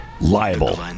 Liable